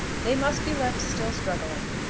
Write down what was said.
they must be left still struggling.